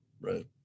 right